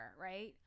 right